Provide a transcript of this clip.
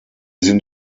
sind